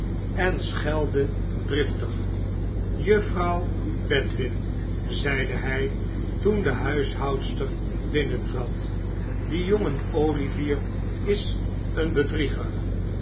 en schelde driftig juffrouw bedwin zeide hij toen de huishoudster binnentrad die jongen olivier is een bedrieger